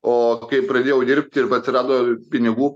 o kai pradėjau dirbti ir atsirado pinigų